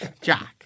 Jack